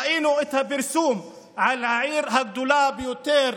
ראינו את הפרסום על העיר הגדולה ביותר,